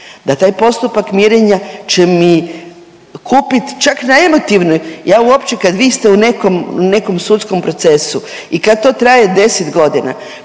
da taj postupak mirenja će mi kupit čak na emotivnoj, ja uopće kad vi ste u nekom, nekom sudskom procesu i kad to traje 10 godina